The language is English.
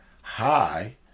high